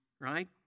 right